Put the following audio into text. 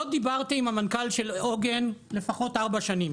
לא דיברתי עם המנכ"ל של עוגן לפחות ארבע שנים.